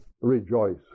rejoice